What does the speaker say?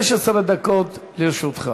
15 דקות לרשותך.